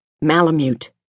Malamute